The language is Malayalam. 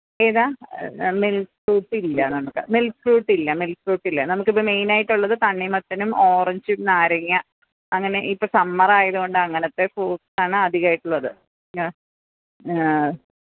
ഏതാണ് മില്ക്ക് ഫ്രൂട്ടില്ല നമുക്ക് മില്ക്ക് ഫ്രൂട്ടില്ല മില്ക്ക് ഫ്രൂട്ടില്ല നമുക്ക് മെയിനായിട്ടുള്ളത് തണ്ണിമത്തനും ഓറഞ്ചും നാരങ്ങ അങ്ങനെ ഇപ്പം സമ്മറായതുകൊണ്ട് അങ്ങനത്തെ ഫ്രൂട്സാണ് അധികമായിട്ടുള്ളത് ആ